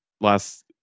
last